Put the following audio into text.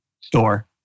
store